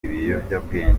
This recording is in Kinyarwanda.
ibiyobyabwenge